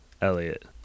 Elliot